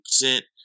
percent